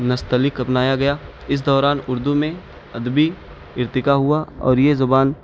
نستعلیق اپنایا گیا اس دوران اردو میں ادبی ارتقا ہوا اور یہ زبان